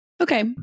Okay